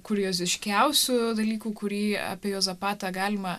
kurioziškiausių dalykų kurį apie juozapatą galima